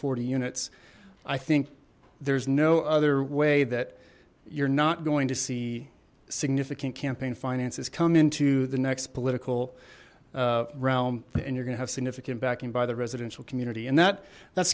forty units i think there's no other way that you're not going to see significant campaign finances come into the next political realm and you're gonna have significant vacuum by the residential community and that